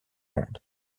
monde